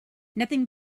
nothing